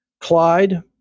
Clyde